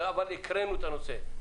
אבל קראנו את הנושא.